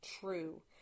true